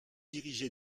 diriger